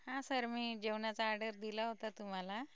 हा सर मी जेवणाचा ऑर्डर दिला होता तुम्हाला